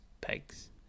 pegs